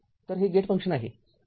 तर हे gate function आहे